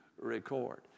record